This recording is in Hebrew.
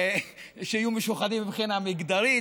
שיהיו משוחדים מבחינה מגדרית,